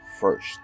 first